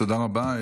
תודה רבה.